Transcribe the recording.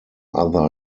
other